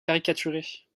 caricaturer